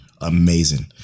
amazing